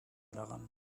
daran